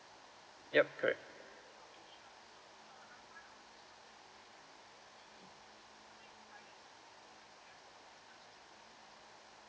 yup correct